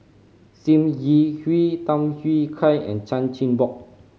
Sim Yi Hui Tham Yui Kai and Chan Chin Bock